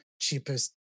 cheapest